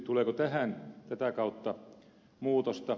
tuleeko tähän tätä kautta muutosta